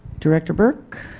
director burke